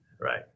Right